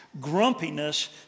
Grumpiness